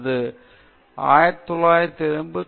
1979 இல் பெல்மோன்ட் அறிக்கையைத் தொடர்ந்து இது நிகழ்ந்தது